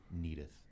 needeth